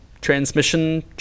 transmission